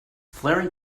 flaring